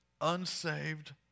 unsaved